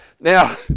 Now